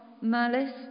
malice